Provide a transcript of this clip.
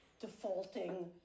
defaulting